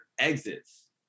exits